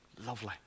Lovely